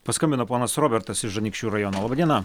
paskambino ponas robertas iš anykščių rajono laba diena